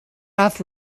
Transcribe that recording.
off